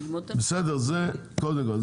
בסדר, זה קודם כל.